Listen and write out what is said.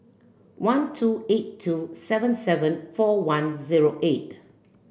one two eight two seven seven four one zero eight